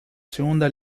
segunda